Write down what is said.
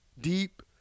deep